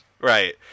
Right